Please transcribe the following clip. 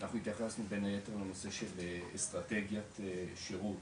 אנחנו התייחסנו בין היתר לנושא של אסטרטגיית שירות,